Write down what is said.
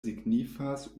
signifas